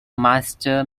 master